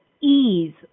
ease